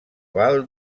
val